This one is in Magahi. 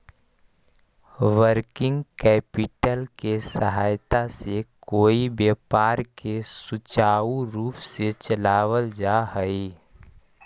वर्किंग कैपिटल के सहायता से कोई व्यापार के सुचारू रूप से चलावल जा हई